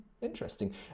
Interesting